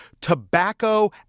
tobacco